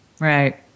Right